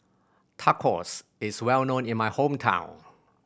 tacos is well known in my hometown